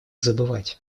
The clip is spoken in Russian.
забывать